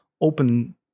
open